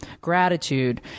gratitude